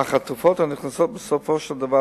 אך התרופות הנכנסות לסל בסופו של דבר